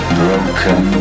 broken